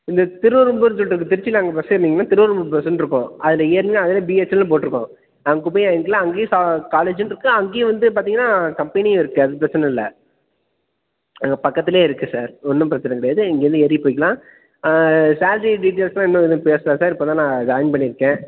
இங்கே திருவெறும்பூர்னு சொல்லிட்டு இருக்குது திருச்சியில் அங்கே பஸ் ஏறினீங்கன்னா திருவெறும்பூர் பஸ்ஸுன்னு இருக்கும் அதில் ஏறினீங்னா அதுலையே பிஹெச்எல்னு போட்டிருக்கும் அங்கே போய் இறங்கிக்கலாம் அங்கேயும் சா காலேஜுன்னு இருக்குது அங்கேயே வந்து பார்த்தீங்கன்னா கம்பெனியும் இருக்குது அது பிரச்சனை இல்லை பக்கத்திலயே இருக்குது சார் ஒன்றும் பிரச்சனை கிடையாது இங்கேருந்து ஏறி போய்க்கலாம் சேலரி டீடைல்ஸ்லாம் இன்னும் எதுவும் பேசலை சார் இப்போ தான் நான் ஜாயின் பண்ணியிருக்கேன்